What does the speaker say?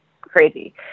crazy